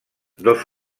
dos